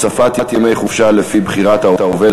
הוספת ימי חופשה לפי בחירת העובד),